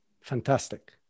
Fantastic